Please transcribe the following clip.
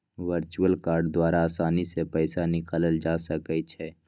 virtual card द्वारा असानी से पइसा निकालल जा सकइ छै